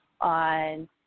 on